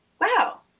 wow